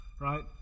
right